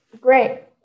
great